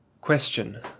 Question